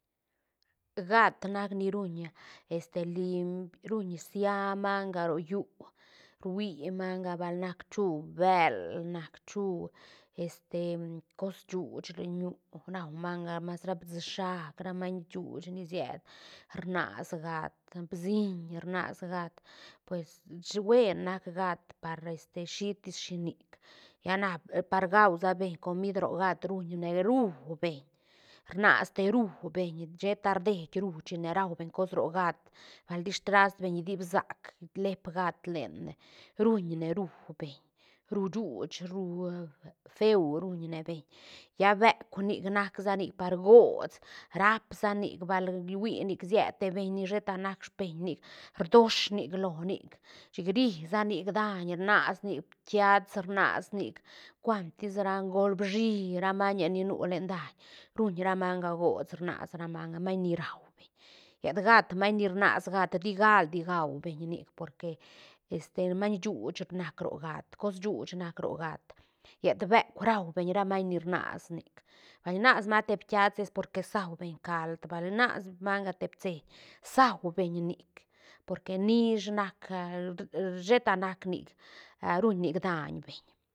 Gat nac ni ruñ este limp ruñ rsia manga rollú rhui manga bal nac chu bël nac chu este cos shuuch lenñu raumanga mas ra bsi shaac ra maiñ shuuch ni sied rnasa gat bsiñ rnas gat pues shi- buen nac gat par este shitis shinic lla na par guansabeñ comid ro gat ruñne rú beñ rnasa te rú beñ sheta rdié rú china raubeñ cos ro gat balti stras beñ dipsac leep gat lene ruñne rú beñ rú shuuch rú feu ruñne beñ lla beuk nic nac sa nic par gots raap sanic bal huinic sied te beñ ni sheta nac speñ nic rdos nic lo nic chic ri sanic daiñ rnasnic piats rnas nic cuantis ra golbishi ra mañe ni nu len daiñ ruñ ra manga gots rnas ramanga maiñ ni raubeñ llet gat maiñ ni rnasa gat ti galdi gaubeñ nic porque este maiñ shuuch nac ro gat cos shuuch nac ro gat llet beuk rau beñ ra maiñ ni rnas nic bal rnas manga te piats es porque saubeñ cald bal nas manga te pitseñ saubeñ nic porque nish nac sheta nac nic a ruñ nic daiñ beñ